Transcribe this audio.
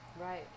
Right